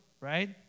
Right